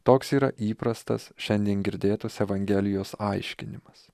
toks yra įprastas šiandien girdėtas evangelijos aiškinimas